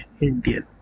Indian